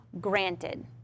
granted